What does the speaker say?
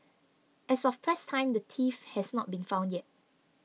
as of press time the thief has not been found yet